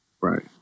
Right